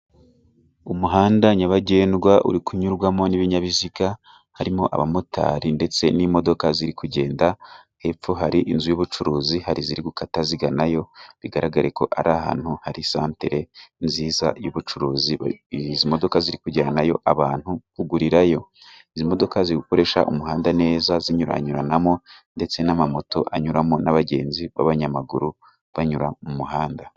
Umuhanda nyabagendwa uri kunyurwamo n'ibinyabiziga, harimo abamotari ndetse n'imodoka ziri kugenda, hepfo hari inzu y'ubucuruzi hari iziri gukata ziganayo ,bigaragare ko ari ahantu hari santere nziza y'ubucuruzi, izi modoka ziri kujyanayo abantu kugurirayo. Izi modoka zikoresha umuhanda neza, zinyuranyuranamo ndetse n'amamoto anyuramo, n'abagenzi b'abanyamaguru banyura mu muhanda.